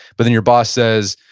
but then your boss says,